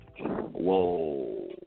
whoa